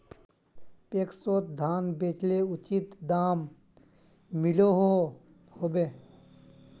पैक्सोत धानेर बेचले उचित दाम मिलोहो होबे?